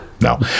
No